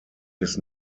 his